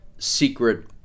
secret